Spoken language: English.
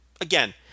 Again